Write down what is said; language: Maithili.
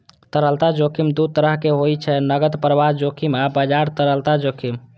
तरलता जोखिम दू तरहक होइ छै, नकद प्रवाह जोखिम आ बाजार तरलता जोखिम